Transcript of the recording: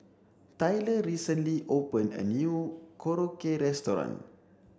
Tylor recently opened a new Korokke restaurant